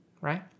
right